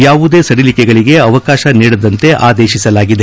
ಯಾವುದೇ ಸಡಿಲಿಕೆಗಳಗೆ ಅವಕಾಶ ನೀಡದಂತೆ ಆದೇಶಿಸಲಾಗಿದೆ